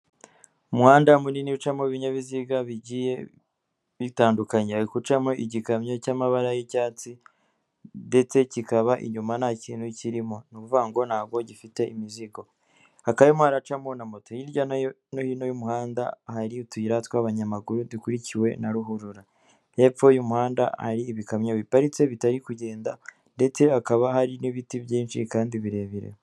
Umuhanda munini ucamo ibinyabiziga bigiye bitandukanya hari gucamo igikamyo cy'amabara y'icyatsi ndetse kikaba inyuma ntakintu kirimo ni ukubuvugango ntabwo gifite imizigo, hakaba harimo haracamo na moto hirya no hino y'umuhanda ahari utuyira tw'abanyamaguru dukurikiwe na ruhurura, hepfo y'umuhanda hari ibikamyo biparitse bitari kugenda ndetse hakaba hari n'ibiti byinshi kandi birebire.